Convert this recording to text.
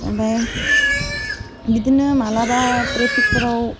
ओमफ्राय बिदिनो माब्लाबा थ्रेफिगफोराव